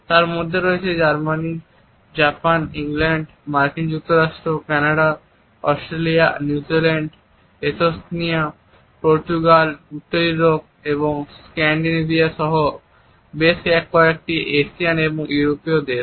তার মধ্যে রয়েছে জার্মানি জাপান ইংল্যান্ড মার্কিন যুক্তরাষ্ট্র Canada Australia New Zealand Estonia Portugal উত্তর ইউরোপ এবং স্ক্যান্ডিনেভিয়া সহ বেশ কয়েকটি এশিয়ান এবং ইউরোপীয় দেশ